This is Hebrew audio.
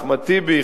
אחמד טיבי,